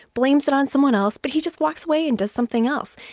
blames it on someone else. but he just walks away and does something else.